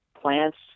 plants